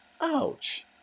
Ouch